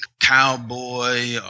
cowboy